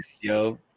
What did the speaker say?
Yo